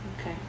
Okay